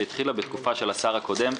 שהתחילה בתקופה של השר הקודם.